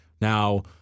Now